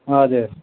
हजुर